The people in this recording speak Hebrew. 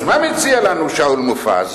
אז מה מציע לנו שאול מופז?